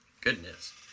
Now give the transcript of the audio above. goodness